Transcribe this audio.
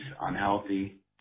unhealthy